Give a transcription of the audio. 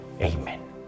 Amen